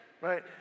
Right